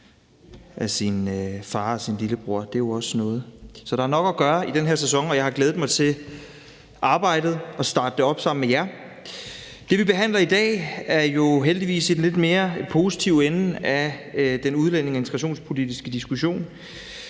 af sin far og sin lillebror. Det er jo også noget. Så der er nok at gøre i den her sæson, og jeg har glædet mig til arbejdet og til at starte det op sammen med jer. Det, vi behandler i dag, er jo heldigvis i den lidt mere positive ende af den udlændinge- og integrationspolitiske diskussion.